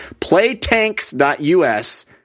Playtanks.us